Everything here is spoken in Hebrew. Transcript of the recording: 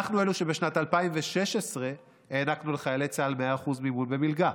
אנחנו אלה שבשנת 2016 הענקנו לחיילי צה"ל 100% מימון במלגה.